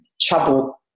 trouble